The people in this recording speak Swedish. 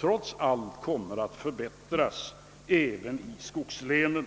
trots allt kommer att kontinuerligt förbättras även i skogslänen.